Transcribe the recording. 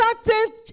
certain